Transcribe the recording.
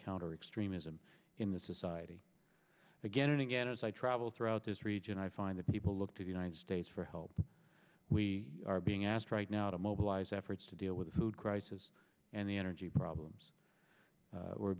counter extremism in this society again and again as i travel throughout this region i find that people look to the united states for help we are being asked right now to mobilize efforts to deal with food crisis and the energy problems we're